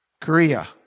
Korea